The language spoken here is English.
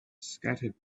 scattered